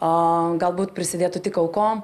o galbūt prisidėtų tik aukom